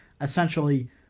essentially